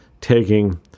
taking